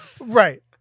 Right